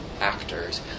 actors